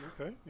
Okay